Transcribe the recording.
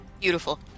Beautiful